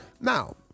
Now